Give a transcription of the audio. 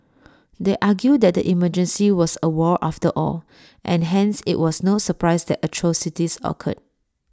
they argue that the emergency was A war after all and hence IT was no surprise that atrocities occurred